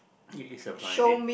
it is a blind date